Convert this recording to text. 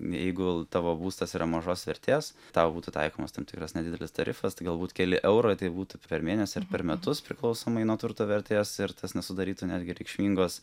jeigu tavo būstas yra mažos vertės tau būtų taikomas tam tikras nedidelis tarifas tai galbūt keli eurai tai būtų per mėnesį ar per metus priklausomai nuo turto vertės ir tas nesudarytų netgi reikšmingos